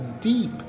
deep